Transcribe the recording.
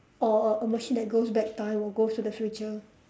or or a a machine that goes back time or goes to the future